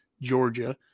Georgia